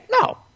No